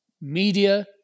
media